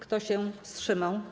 Kto się wstrzymał?